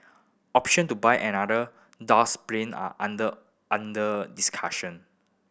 option to buy another plane are under under discussion